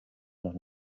noch